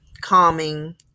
calming